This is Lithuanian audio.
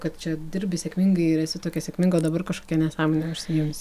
kad čia dirbi sėkmingai ir esi tokia sėkminga o dabar kažkokia nesąmone užsiims